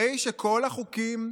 הרי כל שאר החוקים,